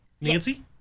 Nancy